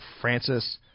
Francis